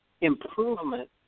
improvement